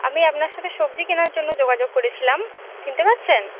আমি আপনার সাথে সবজি কেনার জন্য যোগাযোগ করেছিলাম চিনতে পারছেন